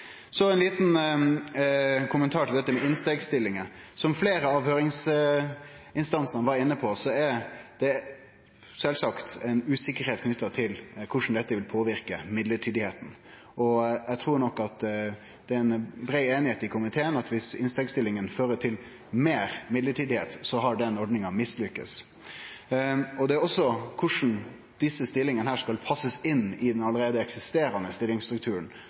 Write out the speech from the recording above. Så ein liten kommentar til dette med innstegsstillingar. Som fleire av høyringsinstansane var inne på, er det sjølvsagt ei usikkerheit knytt til korleis dette vil påverke midlertidigheita. Eg trur nok at det er brei einighet i komiteen om at dersom innstegsstillingar fører til meir midlertidigheit, har den ordninga vore mislykka. Det gjeld også korleis desse stillingane skal passast inn i den allereie eksisterande stillingsstrukturen.